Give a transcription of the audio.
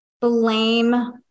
blame